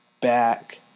back